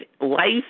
life